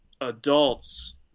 adults